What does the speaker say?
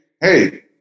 Hey